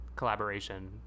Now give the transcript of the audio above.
collaboration